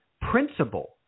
principal